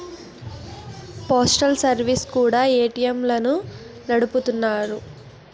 postal services కూడా ఏటీఎంలను నడుపుతున్నాయి